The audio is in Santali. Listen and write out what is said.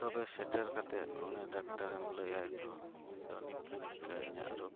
ᱛᱚᱵᱮ ᱥᱮᱴᱮᱨ ᱠᱟᱛᱮᱫ ᱩᱱᱤ ᱮᱢ ᱞᱟᱹᱭᱟᱭ ᱫᱚ ᱤᱧᱫᱚ ᱱᱚᱝᱠᱟᱼᱱᱚᱝᱠᱟ ᱤᱧᱟᱹᱜ ᱨᱳᱜᱽ